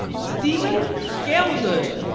steven gam-hood.